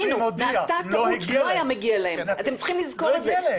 תזכרו את זה.